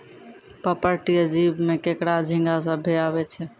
पर्पटीय जीव में केकड़ा, झींगा सभ्भे आवै छै